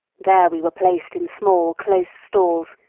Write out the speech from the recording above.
there we were placed in small close stalls,